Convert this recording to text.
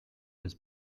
his